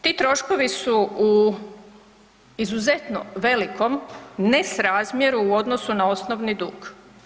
Ti troškovi su u izuzetno velikom nesrazmjeru u odnosu na osnovni dug.